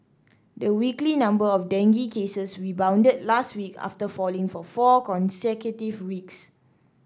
the weekly number of dengue cases rebounded last week after falling for four consecutive weeks